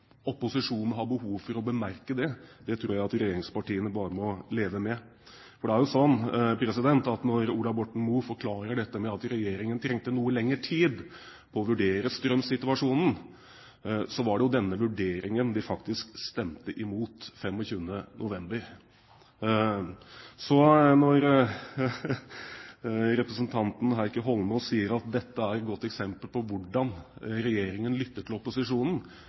opposisjonen har behov for å bemerke det, tror jeg at regjeringspartiene bare må leve med. For det er jo slik at når Ola Borten Moe forklarer dette med at regjeringen trengte noe lengre tid på å vurdere strømsituasjonen, var det denne vurderingen de faktisk stemte imot 25. november. Når representanten Heikki Holmås sier at dette er et godt eksempel på hvordan regjeringen lytter til opposisjonen,